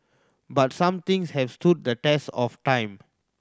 but some things have stood the test of time